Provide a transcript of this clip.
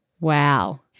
Wow